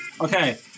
Okay